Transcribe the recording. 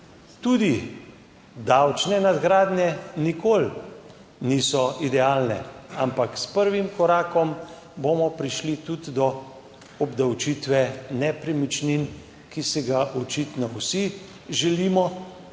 Tudi davčne nadgradnje nikoli niso idealne, ampak s prvim korakom bomo prišli tudi do obdavčitve nepremičnin, ki si ga očitno vsi želimo,